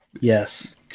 Yes